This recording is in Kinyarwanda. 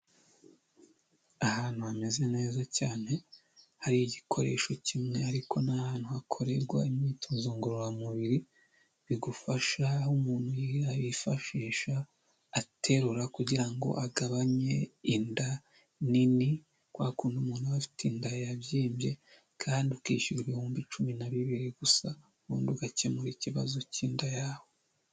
Ahantu hameze neza cyane, hari igikoresho kimwe ariko n'ahantu hakorerwa imyitozo ngororamubiri bigufasha aho umuntu ya abifashisha aterura kugira ngo agabanye inda nini kwa kuntu umuntu aba afite inda yabyimbye kandi ukishyura ibihumbi cumi na bibiri gusa ubundi ugakemura ikibazo cy'inda yawe.